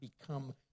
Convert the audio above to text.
become